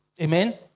Amen